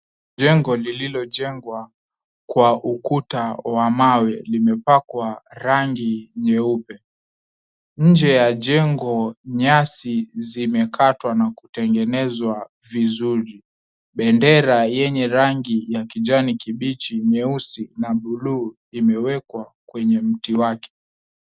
Jengo lililojengwa kwa ukuta wa mawe limepakwa rangi nyeupe. Nje ya jengo nyasi zimekatwa na kutengenezwa vizuri. Bendera yenye rangi ya kijani kibichi, nyeusi na buluu imewekwa kwenye mti wake.